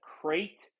crate